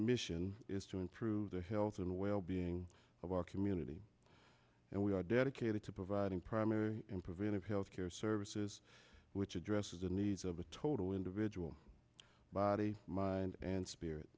mission is to improve their health and well being of our community and we are dedicated to providing primary in preventive health care services which addresses the needs of a total individual body mind and spirit